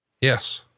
Yes